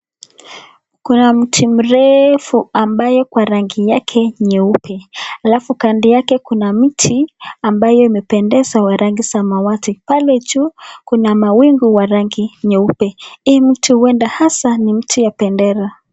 Kuna mti mrefu ambayo kwa rangi yake nyeupe alafu kando yake kuna mti ambayo imependeza wa rangi samawati. Pale juu kuna mawingu wa rangi nyeupe. Hii mti ueda hasa ni mti ya bendera.